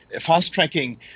fast-tracking